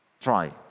Try